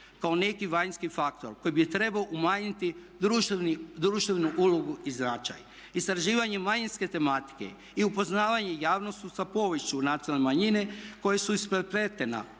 kao neki vanjski faktor koji bi trebao umanjiti društvenu ulogu i značaj. Istraživanjem manjinske tematike i upoznavanje javnosti sa poviješću nacionalne manjine koja su isprepletena,